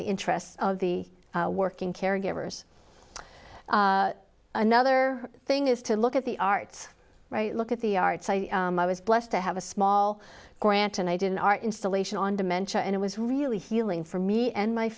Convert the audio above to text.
the interests of the working caregivers another thing is to look at the arts right look at the arts i was blessed to have a small grant and i did an art installation on dementia and it was really healing for me and my